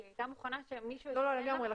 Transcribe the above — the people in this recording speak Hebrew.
שהיא הייתה מוכנה שמישהו --- לגמרי,